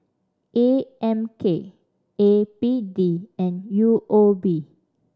A M K A P D and U O B